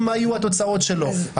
ההצעה הזו היא מסוכנת במובן של יכולת.